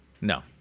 No